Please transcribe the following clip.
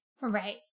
Right